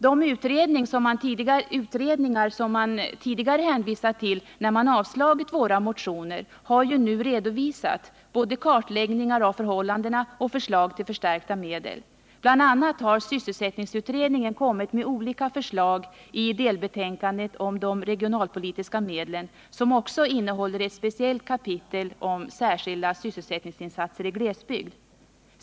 De utredningar som man tidigare hänvisat till när man avslagit våra motioner har ju nu redovisat både kartläggningar av förhållandena och förslag till förstärkta medel. Bl. a. har sysselsättningsutredningen kommit med olika förslag i delbetänkandet om de regionalpolitiska medlen, som också innehåller ett speciellt kapitel om särskilda sysselsättningsinsatser i glesbygd.